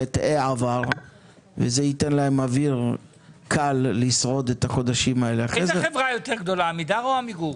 הכסף הזה הוא כסף מזומן שנכנס ממכירה השנה,